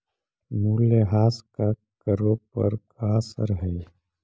मूल्यह्रास का करों पर का असर हई